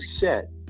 set